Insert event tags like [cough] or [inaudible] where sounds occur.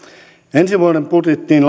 ensi vuoden budjettiin [unintelligible]